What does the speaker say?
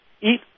eat